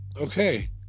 okay